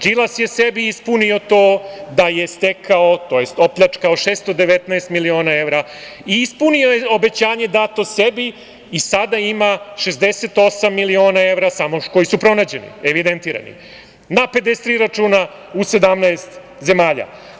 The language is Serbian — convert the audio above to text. Đilas je sebi ispunio to da je stekao tj. opljačkao 619 miliona evra i ispunio je obećanje dato sebi i sada ima 68 miliona evra koji su pronađeni, evidentirani na 53 računa u 17 zemalja.